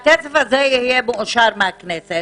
הכסף הזה יהיה מאושר בכנסת,